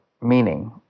meaning